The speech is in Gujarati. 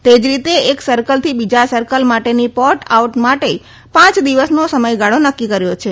તેજ રીતે એક સકેલ થી બીજા સર્કલ માટેની પોર્ટ આઉટ માટે પાંચ દિવસનો સમથગાળો નકકી કર્થો છે